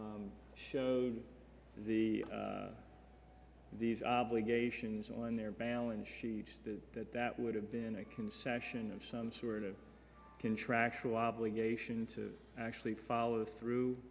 rules showed the these obligations on their balance sheets that that would have been a concession of some sort of contractual obligation to actually follow through